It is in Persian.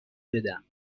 بدم